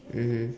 mmhmm